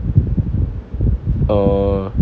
oh